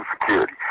security